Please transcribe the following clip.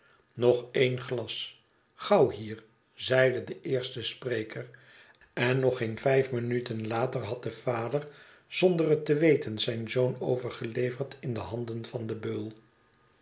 nog en glas gauw hier zeide de eerste spreker en nog geen vijf minuten later had de vader zonder het te weten zijn zoon overgeleverd in de handen van den beul